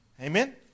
Amen